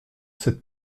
cette